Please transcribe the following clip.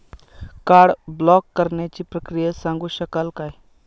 Card block करण्याची प्रक्रिया सांगू शकाल काय?